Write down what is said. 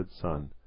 Son